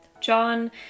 John